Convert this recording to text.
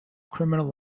criminal